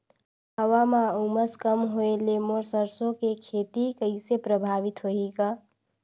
हवा म उमस कम होए ले मोर सरसो के खेती कइसे प्रभावित होही ग?